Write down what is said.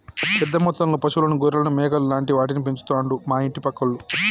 పెద్ద మొత్తంలో పశువులను గొర్రెలను మేకలు లాంటి వాటిని పెంచుతండు మా ఇంటి పక్కోళ్లు